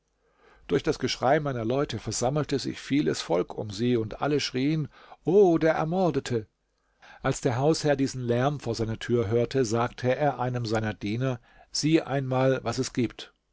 durch das geschrei meiner leute versammelte sich vieles volk um sie und alle schrieen o der ermordete als der hausherr diesen lärm vor seiner türe hörte sagte er einem seiner diener sieh einmal was es gibt